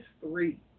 three